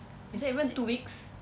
is it even two weeks